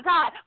God